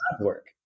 work